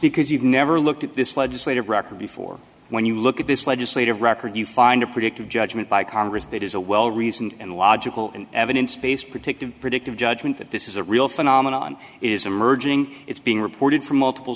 because you've never looked at this legislative record before when you look at this legislative record you find a predictive judgment by congress that is a well reasoned and logical evidence based predictive predictive judgment that this is a real phenomenon is emerging it's being reported from multiple